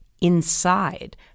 inside